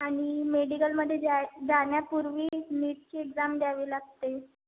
आणि मेडिकलमध्ये जाय जाण्यापूर्वी नीटची एक्झाम द्यावी लागते